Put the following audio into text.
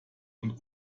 und